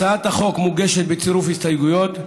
הצעת החוק מוגשת בצירוף הסתייגויות,